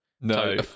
No